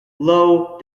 low